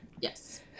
Yes